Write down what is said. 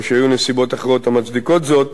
או שהיו נסיבות אחרות המצדיקות זאת,